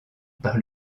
par